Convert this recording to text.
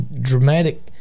dramatic